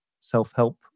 self-help